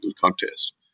contest